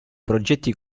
progetti